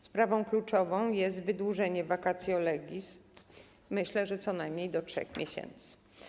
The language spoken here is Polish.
Sprawą kluczową jest wydłużenie vacatio legis, myślę, że co najmniej do 3 miesięcy.